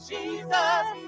Jesus